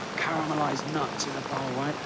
caramelized nuts in a bowl, right,